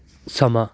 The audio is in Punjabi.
ਸਮਾਂ